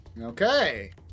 Okay